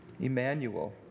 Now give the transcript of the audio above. Emmanuel